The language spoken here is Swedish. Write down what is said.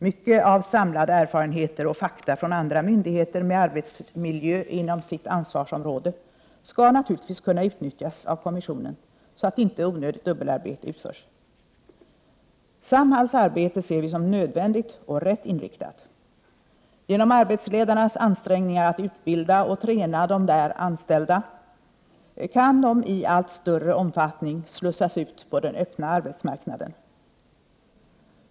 Mycket av samlade erfarenheter och fakta från andra myndigheter med arbetsmiljö inom sitt ansvarsområde skall naturligtvis kunna nyttjas av kommissionen så att inte onödigt dubbelarbete utförs. Samhalls arbete ser vi som nödvändigt och rätt inriktat. Genom arbetsledarnas ansträngningar att utbilda och träna de anställda kan de i allt större omfattning slussas ut på den öppna arbetsmarknaden.